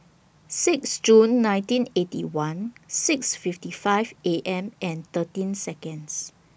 six June nineteen Eighty One six fifty five A M and thirteen Seconds